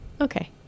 Okay